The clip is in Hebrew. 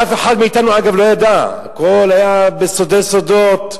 אגב, אף אחד מאתנו לא ידע, הכול היה בסודי סודות.